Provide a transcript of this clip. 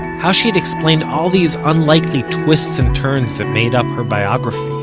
how she had explained all these unlikely twists and turns that made up her biography.